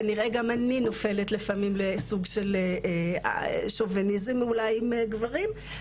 כנראה גם אני נופלת לפעמים לסוג של שוביניזם אולי מגברים.